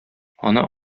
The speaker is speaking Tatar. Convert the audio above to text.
аны